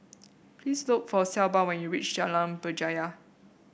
please look for Shelba when you reach Jalan Berjaya